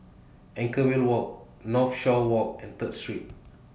Anchorvale Walk Northshore Walk and Third Street